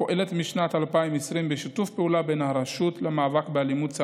הפועלת משנת 2020 בשיתוף פעולה בין הרשות למאבק באלימות,